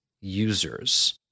users